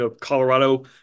Colorado